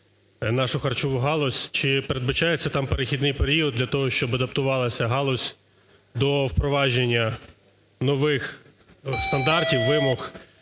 нашу харчову галузь. Чи передбачається там перехідний період для того, щоби дотувалася галузь до впровадження нових стандартів, вимог?